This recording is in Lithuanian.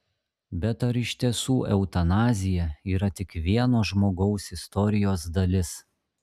bet ar iš tiesų eutanazija yra tik vieno žmogaus istorijos dalis